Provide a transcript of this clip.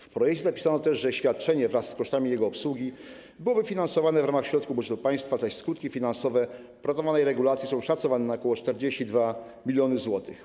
W projekcie zapisano też, że świadczenie wraz z kosztami jego obsługi byłoby finansowane w ramach środków budżetu państwa, zaś skutki finansowe proponowanej regulacji są szacowane na ok. 42 mln zł.